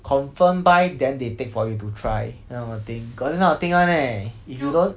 confirm buy then they take for you to try this kind of thing got this kind of thing one leh if you don't